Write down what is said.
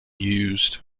used